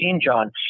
John